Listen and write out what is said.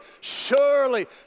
surely